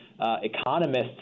economists